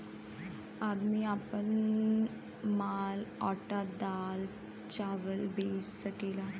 आदमी आपन माल आटा दाल चावल बेच सकेला